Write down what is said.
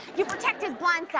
you protect his blind side.